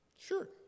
Sure